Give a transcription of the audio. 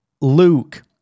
Luke